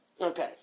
Okay